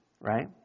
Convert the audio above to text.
right